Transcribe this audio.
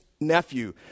nephew